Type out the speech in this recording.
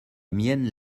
mienne